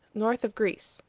north of greece.